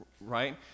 right